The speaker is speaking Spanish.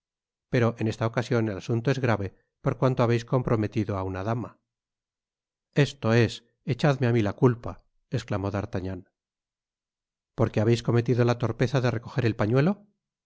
pero en esta ocasion el asunto es grave por cuanto habeis comprometido á una dama content from google book search generated at esto es echadme á mí la culpa esclamó d'artagnan por qué habeis cometido la torpeza de recojer el pañuelo